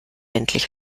endlich